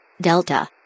Delta